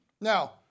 Now